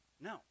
No